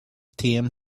tame